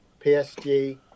PSG